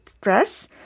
dress